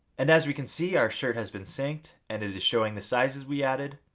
and as we can see our shirt has been synced and it is showing the sizes we added.